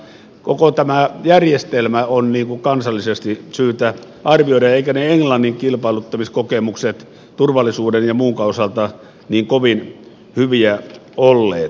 koko tämä järjestelmä on kansallisesti syytä arvioida eivätkä ne englannin kilpailuttamiskokemukset turvallisuuden ja muunkaan osalta niin kovin hyviä olleet